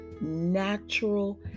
natural